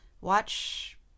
Watch